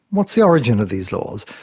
what is the origin of these laws?